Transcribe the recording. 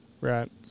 right